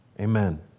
amen